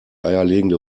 eierlegende